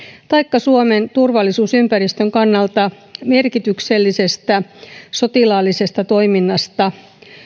taikka suomen turvallisuusympäristön kannalta merkityksellisestä sotilaallisesta toiminnasta